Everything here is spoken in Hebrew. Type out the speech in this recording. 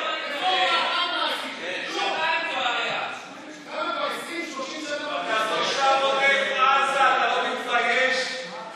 אתה תושב עזה, אתה לא מתבייש?